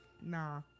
Nah